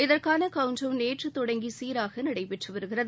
இதற்கான count down நேற்று தொடங்கி சீராக நடைபெற்று வருகிறார்